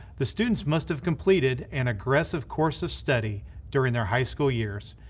the students must have completed an aggressive course of study during their high school years,